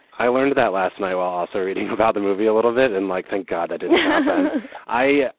i learned that last night while also reading about the movie a little bit. and like, thank god i did i.